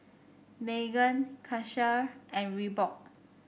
Megan Karcher and Reebok